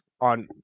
on